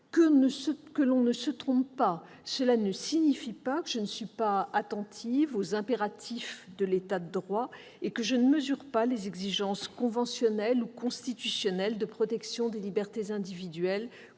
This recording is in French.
Qu'on ne s'y trompe pas ! Cela ne signifie pas que je ne suis pas attentive aux impératifs de l'État de droit et que je ne mesure pas les exigences constitutionnelles ou conventionnelles de protection des libertés publiques